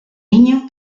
niño